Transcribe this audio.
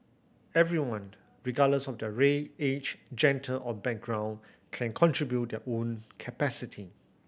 everyone regardless of their age or background can contribute their own capacity